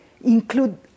include